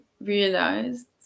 realized